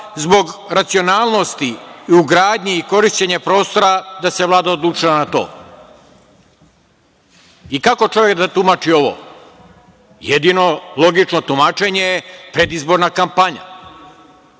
zbog racionalnosti, u gradnji i korišćenja prostora da se Vlada odlučila na to. Kako čovek da tumači ovo? Jedino logično tumačenje je predizborna kampanja,